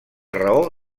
raó